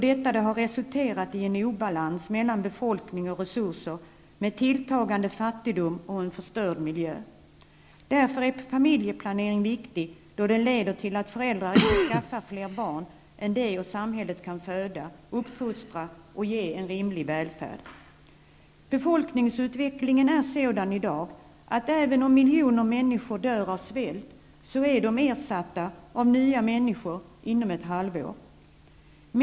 Detta har resulterat i en obalans mellan befolkning och resurser, med tilltagande fattigdom och en förstörd miljö. Därför är familjeplaneringen viktig, då den leder till att föräldrar inte skaffar fler barn än de och samhället kan föda, uppfostra och ge en rimlig välfärd. Befolkningsutvecklingen är i dag sådan, att även om miljoner människor dör av svält, ersätts de av nya inom ett halvår.